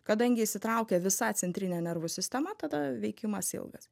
kadangi įsitraukia visa centrinė nervų sistema tada veikimas ilgas